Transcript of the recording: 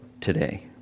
today